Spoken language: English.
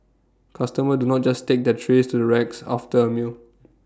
customers do not just take their trays to the racks after A meal